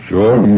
Sure